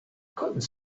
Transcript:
couldn’t